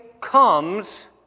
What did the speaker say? comes